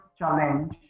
challenge